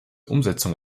umsetzung